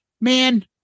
man